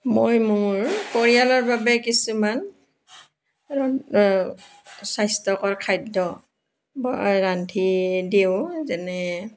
মই মোৰ পৰিয়ালৰ বাবে কিছুমান স্বাস্থ্যকৰ খাদ্য ৰান্ধি দিওঁ যেনে